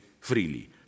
freely